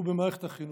במערכת החינוך.